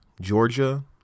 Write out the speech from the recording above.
Georgia